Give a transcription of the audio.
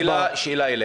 שאלה אליך.